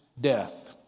death